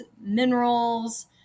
minerals